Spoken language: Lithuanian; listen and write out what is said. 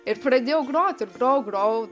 ir pradėjau grot ir grojau grojau